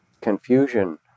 confusion